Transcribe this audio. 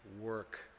work